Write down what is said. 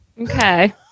Okay